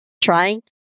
trying